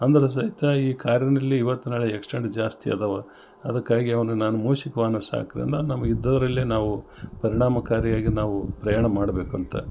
ಅಂದರೆ ಸಹಿತ ಈ ಕಾರಿನಲ್ಲಿಇವತ್ತು ನಾಳೆ ಆಕ್ಸಿಡೆಂಟ್ ಜಾಸ್ತಿ ಅದಾವ ಅದಕ್ಕಾಗಿ ಅವನು ನಾನು ಮೂಷಿಕ ವಾಹನ ಸಾಕ್ರಿ ಅಂದಂದು ಇದ್ದವರಲ್ಲೇ ನಾವು ಪರಿಣಾಮಕಾರಿಯಾಗಿ ನಾವು ಪ್ರಯಾಣ ಮಾಡ್ಬೇಕು ಅಂತ